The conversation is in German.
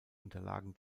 unterlagen